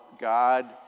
God